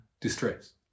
distress